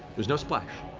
there's no splash,